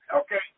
Okay